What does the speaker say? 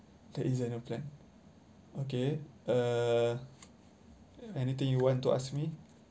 there isn't a plan okay uh anything you want to ask me